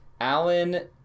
Alan